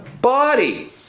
body